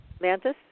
mantis